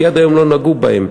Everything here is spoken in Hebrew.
כי עד היום לא נגעו בהם,